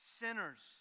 sinners